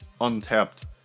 untapped